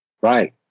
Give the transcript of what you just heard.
Right